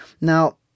Now